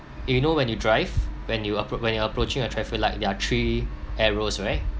uh you know when you drive when you are pro when you are approaching a traffic light there are three arrows right